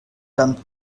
damit